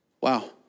Wow